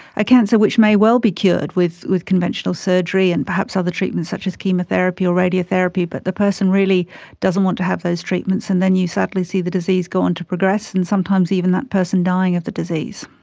a cancer which may well be cured with with conventional surgery and perhaps other treatments such as chemotherapy or radiotherapy, but the person really doesn't want to have those treatments and then you sadly see the disease go on to progress and sometimes even that person dying of the disease.